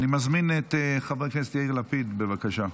אני מזמין את חבר הכנסת יאיר לפיד, בבקשה.